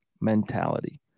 mentality